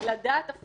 לדעת את